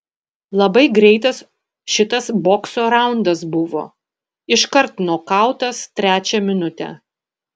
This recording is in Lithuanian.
labai greitas šitas bokso raundas buvo iškart nokautas trečią minutę